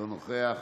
אינו נוכח,